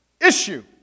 issue